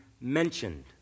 mentioned